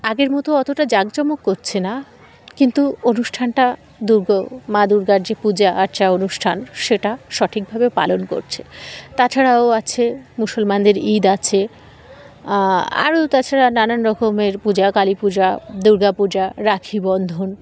আগের মতো অতটা জাকজমক করছে না কিন্তু অনুষ্ঠানটা দুর্গা মা দুর্গার যে পূজা অর্চনা অনুষ্ঠান সেটা সঠিকভাবে পালন করছে তাছাড়াও আছে মুসলমানদের ঈদ আছে আরও তাছাড়া নানান রকমের পূজা কালী পূজা দুর্গাপূজা রাখী বন্ধন